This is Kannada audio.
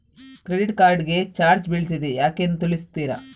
ಕ್ರೆಡಿಟ್ ಕಾರ್ಡ್ ಗೆ ಚಾರ್ಜ್ ಬೀಳ್ತಿದೆ ಯಾಕೆಂದು ತಿಳಿಸುತ್ತೀರಾ?